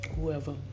whoever